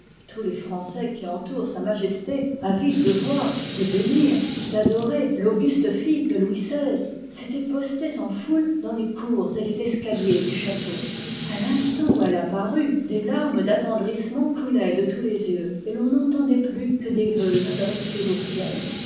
tous les français qui entourent s m î avides de voir de bénir d'adorer l'auc part guste fille de louis xvi s'e'toîent postes liv il en foule dans les cours et les escaliers du château a l'instant où elle a paru des larmes d'attendrissement couloient de tous les yeux et l'on n'entendoit plus que des vœux adressés au ciel